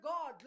God